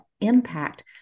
impact